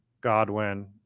Godwin